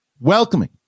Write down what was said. welcoming